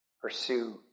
pursue